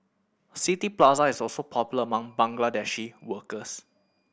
City Plaza is also popular among Bangladeshi workers